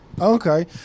Okay